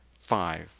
Five